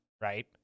right